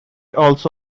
also